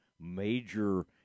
major